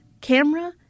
camera